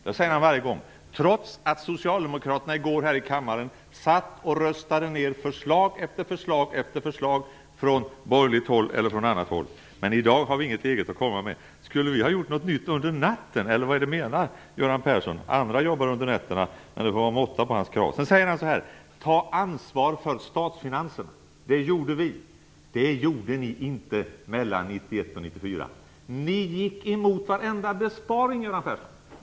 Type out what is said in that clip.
Det säger han varje gång, trots att socialdemokraterna i går här i kammaren röstade ned förslag efter förslag från borgerligt och annat håll. Men i dag har vi inget eget att komma med. Skulle vi har gjort något nytt under natten, eller vad menar Göran Persson? Andra jobbar under nätterna, men det får vara måtta på hans krav. Sedan säger han: Ta ansvar för statsfinanserna; det gjorde vi. Men det gjorde ni inte mellan 1991 och 1994. Ni gick emot varenda besparing, Göran Persson!